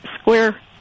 square